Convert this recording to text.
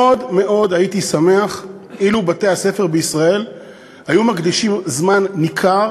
מאוד מאוד הייתי שמח אילו בתי-הספר בישראל היו מקדישים זמן ניכר